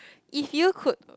if you could